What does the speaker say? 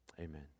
Amen